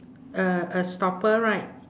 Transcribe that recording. uh a stopper right